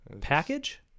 Package